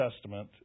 Testament